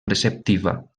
preceptiva